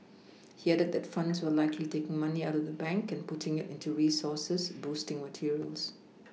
he added that funds were likely taking money out of banks and putting it into resources boosting materials